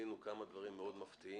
שגילינו בו כמה דברים מאוד מפתיעים.